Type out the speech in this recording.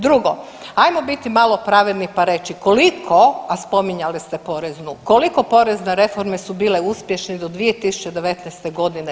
Drugo, hajdemo biti malo pravedni pa reći koliko, a spominjali ste poreznu, koliko porezne reforme su bile uspješne do 2019. godine.